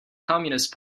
communist